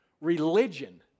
Religion